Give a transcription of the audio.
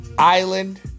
Island